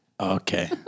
Okay